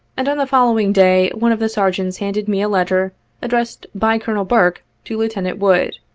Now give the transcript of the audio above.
and on the following day one of the sergeants handed me a letter addressed by colonel burke, to lieutenant wood,